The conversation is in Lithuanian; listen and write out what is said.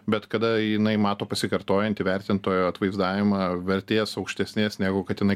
bet kada jinai mato pasikartojantį vertintojo atvaizdavimą vertės aukštesnės negu kad jinai